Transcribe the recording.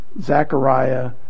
Zechariah